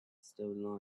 still